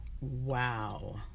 Wow